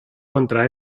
contra